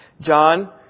John